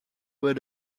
but